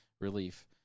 relief